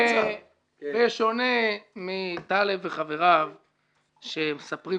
בשונה מטלב וחבריו שמספרים,